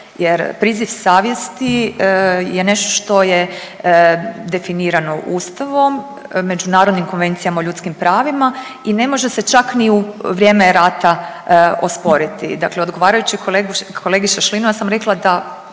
jer priziv savjesti je nešto što je definirano Ustavom, Međunarodnim konvencijama o ljudskim pravima i ne može se čak ni u vrijeme rata osporiti. Dakle, odgovarajući kolegi Šašlinu ja sam rekla da